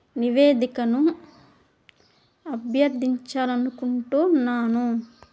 నివేదికను అభ్యర్థించాలి అనుకుంటున్నాను